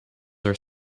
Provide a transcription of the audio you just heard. are